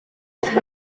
polisi